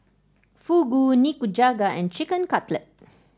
Fugu Nikujaga and Chicken Cutlet